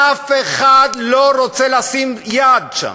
אף אחד לא רוצה לשים יד שם.